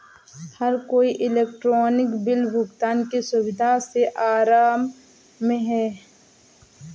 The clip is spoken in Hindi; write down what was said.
हर कोई इलेक्ट्रॉनिक बिल भुगतान की सुविधा से आराम में है